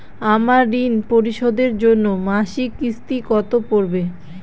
আমার ঋণ পরিশোধের জন্য মাসিক কিস্তি কত পড়বে?